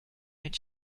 mit